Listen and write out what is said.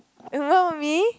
about me